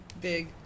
big